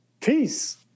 Peace